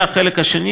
החלק השני,